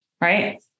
right